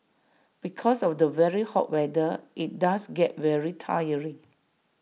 because of the very hot weather IT does get very tiring